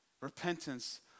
Repentance